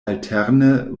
alterne